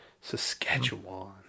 Saskatchewan